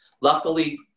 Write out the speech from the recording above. luckily